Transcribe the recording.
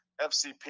FCP